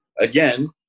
Again